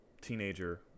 teenager